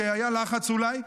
כי היה לחץ אולי,